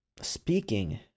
speaking